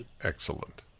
Excellent